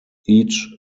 each